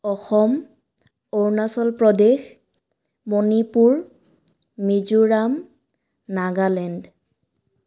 Assam Arunachal Pradesh Manipur Mizoram Nagaland